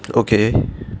okay